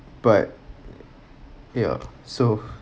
but ya so